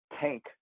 tank